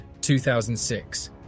2006